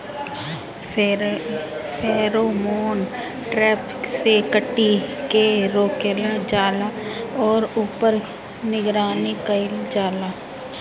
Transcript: Pheromone trap से कीट के रोकल जाला और ऊपर निगरानी कइल जाला?